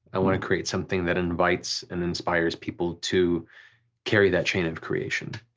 i wanna create something that invites and inspires people to carry that chain of creation.